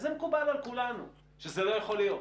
זה מקובל על כולנו שזה לא יכול להיות,